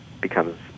becomes